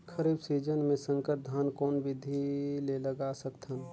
खरीफ season मे संकर धान कोन विधि ले लगा सकथन?